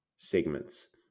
segments